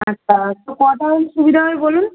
আচ্ছা তো কটায় সুবিধা হবে বলুন